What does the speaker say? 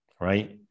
right